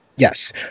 Yes